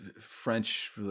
French